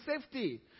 safety